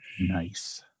Nice